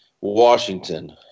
Washington